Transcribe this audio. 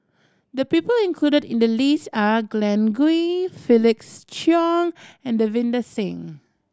the people included in the list are Glen Goei Felix Cheong and Davinder Singh